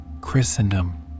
Christendom